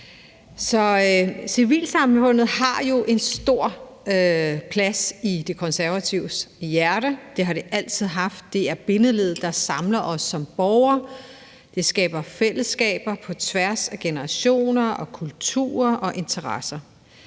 Civilsamfundet har jo en stor plads i De Konservatives hjerte. Det har det altid haft. Det er bindeleddet mellem os, og det samler os som borgere. Det skaber fællesskaber på tværs af generationer, kulturer og interesser.